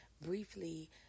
briefly